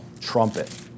trumpet